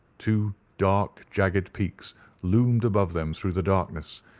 two dark jagged peaks loomed above them through the darkness,